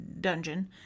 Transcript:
dungeon